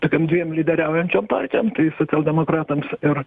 tokiom dviem lyderiaujančiom partijom socialdemokratams ir